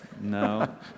No